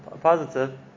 positive